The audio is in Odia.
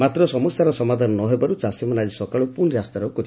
ମାତ୍ର ସମସ୍ୟାର ସମାଧାନ ନହେବାରୁ ଚାଷୀମାନେ ଆକି ସକାଳୁ ପୁଶି ରାସ୍ତାରୋକୋ କରିଛନ୍ତି